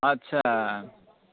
ꯑꯠꯆꯥ